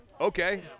okay